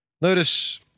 Notice